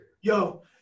yo